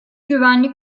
güvenlik